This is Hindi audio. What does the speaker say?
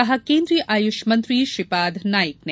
कहा केन्द्रीय आयुष मंत्री श्रीपाद नाइक ने